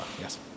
yes